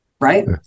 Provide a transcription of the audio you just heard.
right